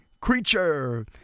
creature